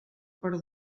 per